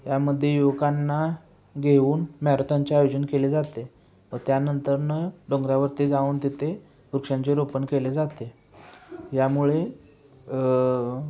यामध्ये युवकांना घेऊन मॅरथॉनचे आयोजन केले जाते व त्यानंतर डोंगरावरती जाऊन तिथे वृक्षांचे रोपण केले जाते यामुळे